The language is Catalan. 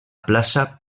plaça